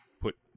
put